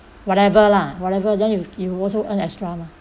whatever lah whatever then you you also earn extra mah